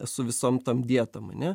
su visom tom dietom ane